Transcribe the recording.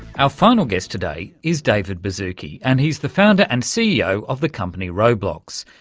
our final guest today is david baszucki and he's the founder and ceo of the company roblox,